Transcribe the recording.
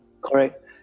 Correct